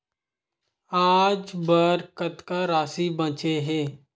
आज बर कतका राशि बचे हे?